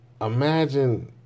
imagine